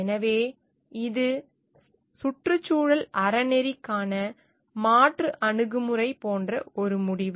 எனவே இது சுற்றுச்சூழல் அறநெறிக்கான மாற்று அணுகுமுறை போன்ற ஒரு முடிவு